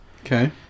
okay